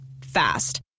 Fast